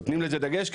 נותנים על זה דגש,